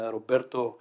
Roberto